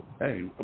Hey